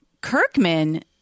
Kirkman